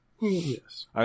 Yes